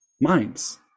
mines